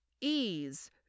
ease